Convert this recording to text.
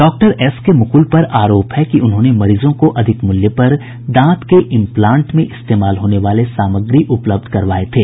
doctor S K Mukul पर आरोप है कि उन्होंने मरीजों को अधिक मूल्य पर दांत के इम्प्लांट में इस्तेमाल होने वाले सामग्री उपलब्ध करवाये थे